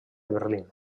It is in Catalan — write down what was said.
berlín